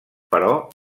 però